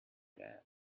that